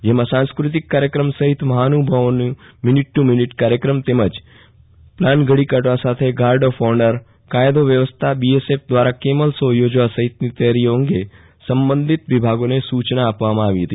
જેમાં સાંસ્ક્રતિક કાર્યક્રમ સહિત મહાનુભાવો નો મિનિટ ટ્ મિનિટ કાર્યક્રમ તેમજ ડાસ પ્લાન ઘડી કાઢવા સાથે ગાર્ડ ઓફ ઓનર કાયદો વ્યવસ્થા બીએસએફ દવારા કેમલ શો યોજવા સહિતનો તયારીઓ અંગે સંબંધિત વિભાગોને સચના આપવામાં આવી હતી